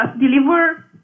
deliver